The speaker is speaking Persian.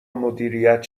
مدیریت